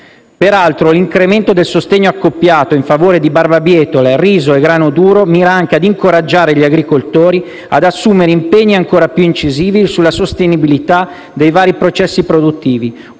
Peraltro, l'incremento del sostegno accoppiato in favore di barbabietole, riso e grano duro mira anche a incoraggiare gli agricoltori ad assumere impegni ancora più incisivi sulla sostenibilità dei vari processi produttivi,